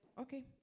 okay